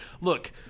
Look